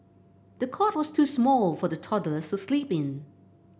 the cot was too small for the toddler to sleep in